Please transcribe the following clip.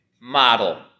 model